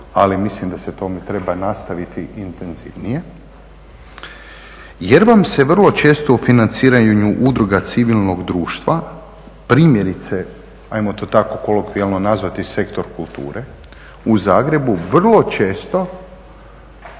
ali mislim da se to treba nastaviti intenzivnije. Jer vam se vrlo često u financiranju udruga civilnog društva, primjerice ajmo to tako kolokvijalno nazvati sektor kulture, u Zagrebu vrlo često